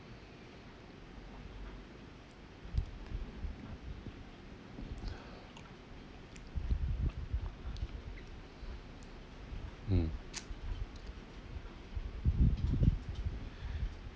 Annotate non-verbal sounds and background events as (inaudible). (noise) mm